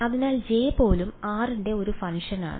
അതിനാൽ J പോലും r ന്റെ ഒരു ഫംഗ്ഷനാണ്